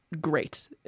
great